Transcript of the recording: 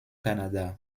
canada